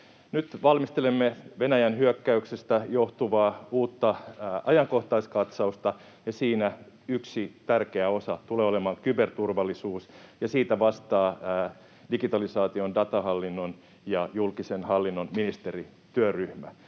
Nyt valmistelemme Venäjän hyökkäyksestä johtuvaa uutta ajankohtaiskatsausta, ja siinä yksi tärkeä osa tulee olemaan kyberturvallisuus, ja siitä vastaa digitalisaation, datahallinnon ja julkisen hallinnon ministerityöryhmä.